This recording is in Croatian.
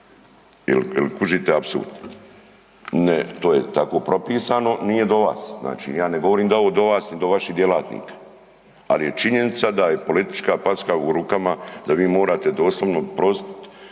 Jel kužite apsurd? Ne, to je tako propisano, nije do vas, znači ja ne govorim da je ovo do vas ni do vaših djelatnika, ali je činjenica da je politička packa u rukama da vi morate doslovno posit